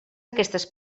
aquestes